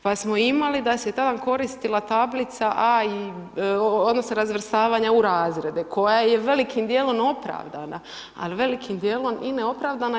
Pa smo imali da se ta koristila tablica A i, odnosno razvrstavanja u razrede koja je velikim dijelom opravdana ali velikim dijelom i ne opravdana.